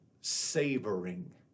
savoring